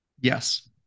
Yes